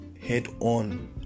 head-on